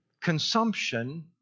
Consumption